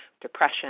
depression